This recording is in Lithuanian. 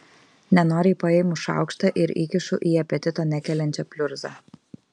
nenoriai paimu šaukštą ir įkišu į apetito nekeliančią pliurzą